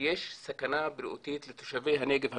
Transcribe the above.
שיש סכנה בריאותית לתושבי הנגב המזרחי,